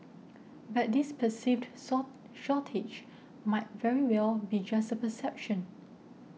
but this perceived sort shortage might very well be just a perception